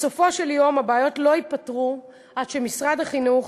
בסופו של יום הבעיות לא ייפתרו עד שמשרד החינוך